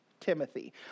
Timothy